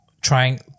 trying